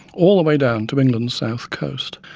all the way down to england's south coast.